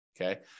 Okay